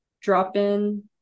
drop-in